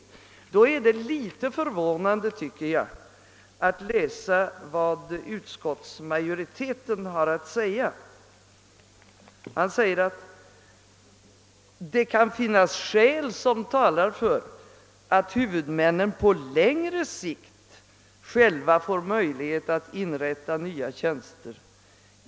Därför är det litet förvånande att utskottsmajoriteten skrivit på följande sätt: »Enligt utskottets bedömning kan det finnas skäl som talar för att huvudmännen på längre sikt själva får möjlighet att inrätta nya tjänster.